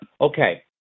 okay